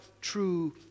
true